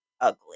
ugly